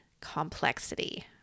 complexity